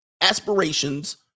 aspirations